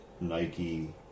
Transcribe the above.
Nike